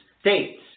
states